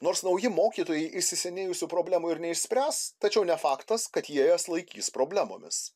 nors nauji mokytojai įsisenėjusių problemų ir neišspręs tačiau ne faktas kad jie jas laikys problemomis